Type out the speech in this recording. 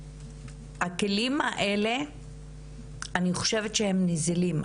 הכלים האלה אני חושבת שהם נזילים,